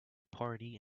party